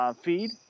feed